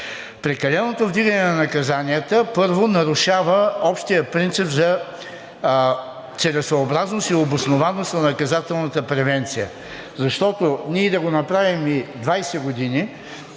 Прекаленото вдигане на наказанията, първо, нарушава общия принцип за целесъобразност и обоснованост на наказателната превенция. Защото ние да го направим и 20 години,